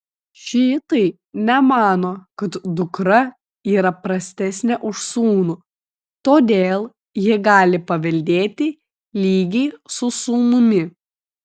šiitai nemano kad dukra yra prastesnė už sūnų todėl ji gali paveldėti lygiai su sūnumi